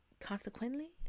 consequently